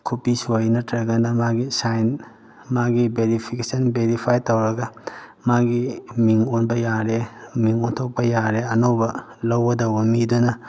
ꯈꯨꯕꯤ ꯁꯣꯏ ꯅꯠꯇ꯭ꯔꯒꯅ ꯃꯥꯒꯤ ꯁꯥꯏꯟ ꯃꯥꯒꯤ ꯕꯦꯔꯤꯐꯤꯀꯦꯁꯟ ꯕꯦꯔꯤꯐꯥꯏꯠ ꯇꯧꯔꯒ ꯃꯥꯒꯤ ꯃꯤꯡ ꯑꯣꯟꯕ ꯌꯥꯔꯦ ꯃꯤꯡ ꯑꯣꯟꯊꯣꯛꯄ ꯌꯥꯔꯦ ꯑꯅꯧꯕ ꯂꯧꯒꯗꯧꯕ ꯃꯤꯗꯨꯅ